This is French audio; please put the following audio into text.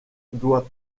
doit